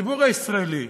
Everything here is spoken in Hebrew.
לציבור הישראלי